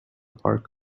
park